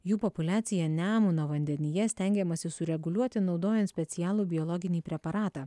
jų populiaciją nemuno vandenyje stengiamasi sureguliuoti naudojant specialų biologinį preparatą